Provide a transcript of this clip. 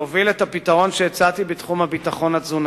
להוביל את הפתרון שהצעתי בתחום הביטחון התזונתי.